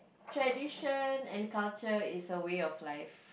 tradition and culture is a way of life